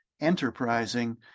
enterprising